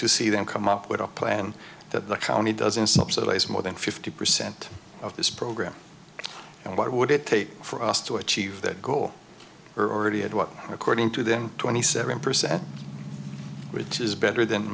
to see them come up with a plan that the county doesn't subsidize more than fifty percent of this program and why would it take for us to achieve that goal or already had one according to them twenty seven percent which is better than